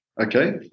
Okay